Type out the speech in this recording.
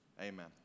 Amen